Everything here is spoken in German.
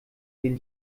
den